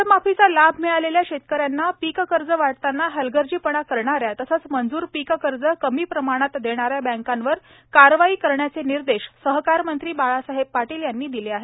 कर्जमाफीचा लाभ मिळालेल्या शेतकऱ्यांना पीक कर्ज वाटताना हलगर्जीपणा करणाऱ्या तसंच मंजूर पीक कर्ज कमी प्रमाणात देणाऱ्या बँकांवर कारवाई करण्याचे निर्देश सहकार मंत्री बाळासाहेब पाटील यांनी दिले आहेत